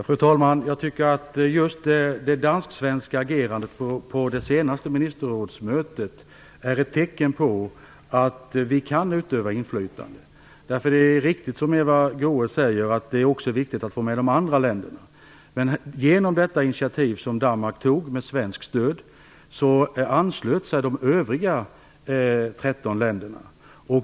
Fru talman! Jag tycker att just det dansk-svenska agerandet på det senaste ministerrådsmötet är ett tecken på att vi kan utöva inflytande. Det är riktigt som Eva Goës säger, att det är viktigt att också få med de andra länderna. Genom det initiativ som Danmark tog, med svenskt stöd, anslöt sig de övriga 13 länderna.